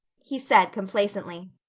he said complacently.